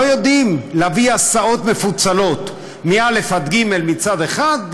לא יודעים להביא הסעות מפוצלות ל-א' ג' מצד אחד,